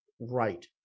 right